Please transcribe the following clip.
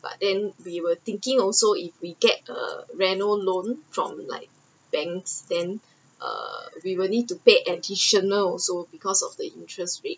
but then we were thinking also if we get a reno loan from like banks then err we were need to pay additional also because of the interest rate